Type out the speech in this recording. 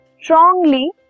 strongly